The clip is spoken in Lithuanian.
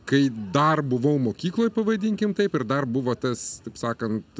kai dar buvau mokykloj pavadinkim taip ir dar buvo tas taip sakant